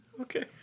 Okay